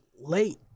late